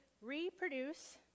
reproduce